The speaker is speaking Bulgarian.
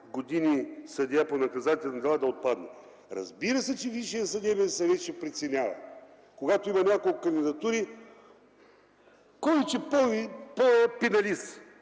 години съдия по наказателни дела” да отпадне. Разбира се, че Висшият съдебен съвет ще преценява, когато има няколко кандидатури: кой е по-пеналист,